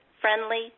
friendly